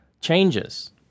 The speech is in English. changes